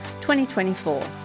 2024